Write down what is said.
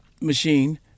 machine